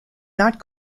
not